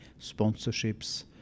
sponsorships